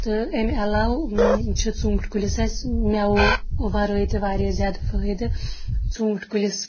تہٕ اَمہِ علاوٕ چھِ ژوٗنٛٹھ کُلِس اَسہِ میوٕ وَرٲے تہِ واریاہ زیادٕ فٲیِدٕ ژوٗنٛٹھ کُلِس